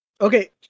Okay